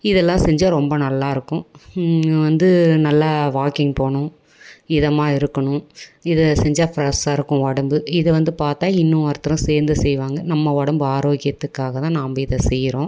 இதெல்லாம் செஞ்சால் ரொம்ப நல்லாயிருக்கும் வந்து நல்லா வாக்கிங் போகணும் இதமாக இருக்கணும் இதை செஞ்சால் ஃப்ரெஷ்ஷாக இருக்கும் உடம்பு இது வந்து பார்த்தா இன்னோருத்தரும் சேர்ந்து செய்வாங்க நம்ம உடம்பு ஆரோக்கியத்துக்காக தான் நம்ம இதை செய்கிறோம்